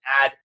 add